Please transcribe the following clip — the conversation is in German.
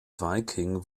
viking